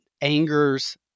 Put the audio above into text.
anger's